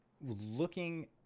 looking